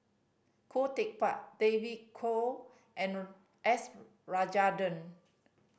Khoo Teck Puat David Kwo and S Rajendran